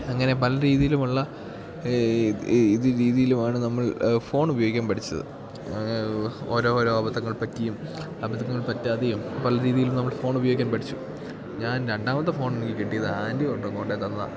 അങ്ങനെ പല രീതിയിലുമുള്ള ഇത് രീതിയിലുമാണ് നമ്മൾ ഫോൺ ഉപയോഗിക്കാൻ പഠിച്ചത് ഓരോ ഓരോ അബദ്ധങ്ങൾ പറ്റിയും അബദ്ധങ്ങൾ പറ്റാതെയും പല രീതിയിലും നമ്മൾ ഫോൺ ഉപയോഗിക്കാൻ പഠിച്ചു ഞാൻ രണ്ടാമത്തെ ഫോൺ എനിക്ക് കിട്ടിയത് ആൻ്റി കൊണ്ടു വന്ന് കൊണ്ടു തന്നതാണ്